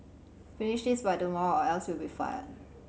finish this by tomorrow or else you'll be fired